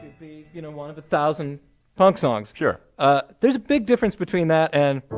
be, you know, one of the thousand punk songs. sure there's a big difference between that and.